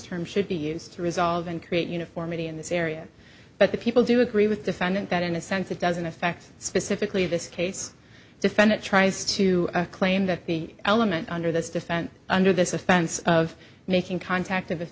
term should be used to resolve and create uniformity in this area but the people do agree with defendant that in a sense it doesn't affect specifically this case defendant tries to claim that the element under this defense under this offense of making contact of